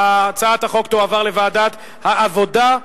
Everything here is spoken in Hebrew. הצעת החוק תועבר לוועדת העבודה,